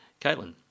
Caitlin